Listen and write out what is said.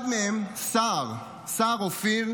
אחד מהם, סער אופיר,